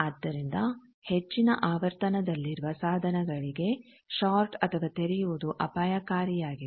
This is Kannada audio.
ಆದ್ದರಿಂದ ಹೆಚ್ಚಿನ ಆವರ್ತನದಲ್ಲಿರುವ ಸಾಧನಗಳಿಗೆ ಷಾರ್ಟ್ ಅಥವಾ ತೆರೆಯುವುದು ಅಪಾಯಕಾರಿ ಆಗಿದೆ